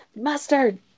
Mustard